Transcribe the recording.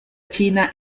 china